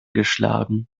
geschlagen